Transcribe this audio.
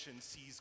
sees